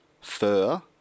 fur